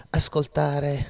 ascoltare